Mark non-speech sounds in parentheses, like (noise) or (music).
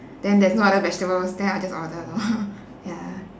then there's no other vegetables then I'll just order lor (laughs) ya